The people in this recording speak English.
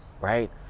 right